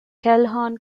calhoun